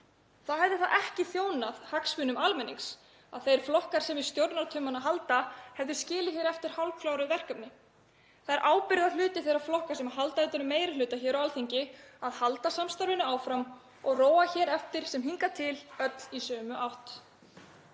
Þá hefði það ekki þjónað hagsmunum almennings að þeir flokkar sem við stjórnartaumana halda hefðu skilið hér eftir hálfkláruð verkefni. Það er ábyrgðarhluti þeirra flokka sem halda utan um meiri hluta hér á Alþingi að halda samstarfinu áfram og róa hér eftir sem hingað til öll í sömu átt.